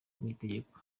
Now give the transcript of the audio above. n’itegeko